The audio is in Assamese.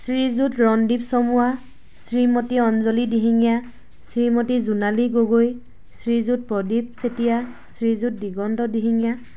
শ্ৰীযুত ৰণদ্বীপ চমুৱা শ্ৰীমতী অঞ্জলী দিহিঙীয়া শ্ৰীমতী জোনালী গগৈ শ্ৰীযুত প্ৰদীপ চেতিয়া শ্ৰীযুত দিগন্ত দিহিঙীয়া